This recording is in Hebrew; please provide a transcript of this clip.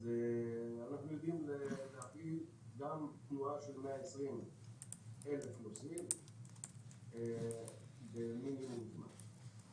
אנחנו יודעים להפעיל תנועה של 120,000 נוסעים במינימום זמן.